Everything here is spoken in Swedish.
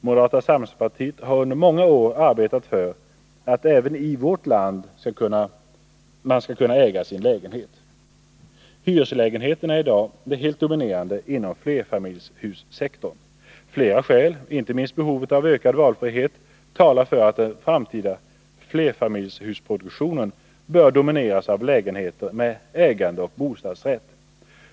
Moderata samlingspartiet har under många år arbetat för att man även i vårt land skall kunna äga sin lägenhet. Hyreslägenheten är i dag helt dominerande inom flerfamiljshussektorn. Flera skäl, inte minst behovet av ökad valfrihet, talar för att den framtida flerfamiljshusproduktionen bör domineras av lägenheter med ägandeoch bostadsrätt.